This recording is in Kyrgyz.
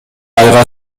айга